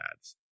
ads